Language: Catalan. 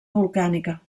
volcànica